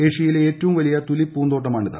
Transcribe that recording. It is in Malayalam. ഏഷ്യയിലെ ഏറ്റവും വലിയ തുലിപ് പൂന്തോട്ടമാണിത്